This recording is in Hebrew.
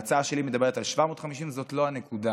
ההצעה שלי מדברת על 750, זאת לא הנקודה.